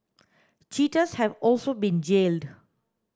cheaters have also been jailed